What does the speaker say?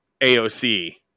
aoc